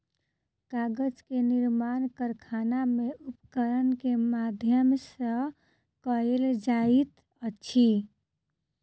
कागज के निर्माण कारखाना में उपकरण के माध्यम सॅ कयल जाइत अछि